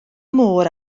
môr